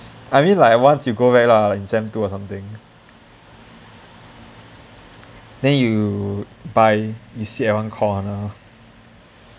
I mean like once you go back lah in sem two or something then you buy and sit at one corner